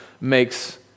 makes